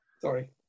sorry